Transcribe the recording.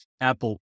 Apple